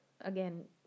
again